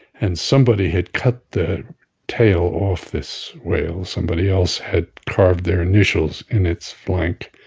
and somebody had cut the tail off this whale. somebody else had carved their initials in its flank.